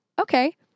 okay